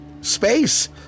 space